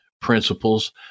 principles